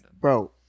Bro